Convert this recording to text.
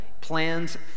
plans